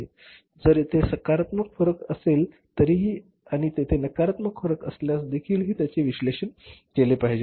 जर तेथे सकारात्मक फरक असेल तरीही आणि तेथे नकारात्मक फरक असल्यास देखील त्याचे विश्लेषण केले पाहिजे